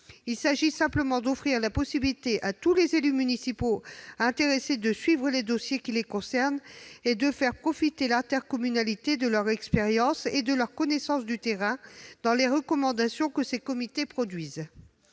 Il s'agit simplement d'offrir la possibilité à tous les élus municipaux intéressés de suivre les dossiers qui les concernent et de faire profiter l'intercommunalité de leur expérience et de leur connaissance du terrain, au travers des recommandations que ces commissions produisent.